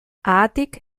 haatik